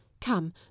Come